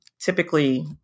typically